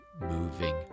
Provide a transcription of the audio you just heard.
moving